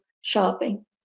shopping